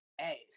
hey